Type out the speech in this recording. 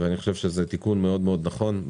אני חושב שזה תיקון מאוד מאוד נכון.